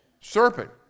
Serpent